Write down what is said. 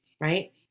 right